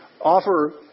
offer